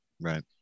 Right